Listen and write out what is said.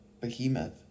Behemoth